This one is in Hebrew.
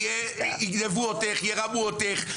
יגנבו אותך, ירמו אותך.